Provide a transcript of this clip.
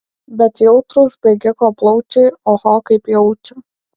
bet jautrūs bėgiko plaučiai oho kaip jaučia